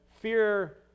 fear